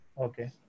Okay